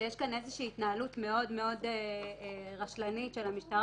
שיש כאן התנהלות רשלנית מאוד של המשטרה,